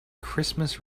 christmas